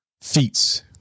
feats